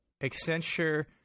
Accenture